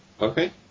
Okay